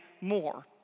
more